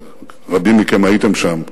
ורבים מכם הייתם שם,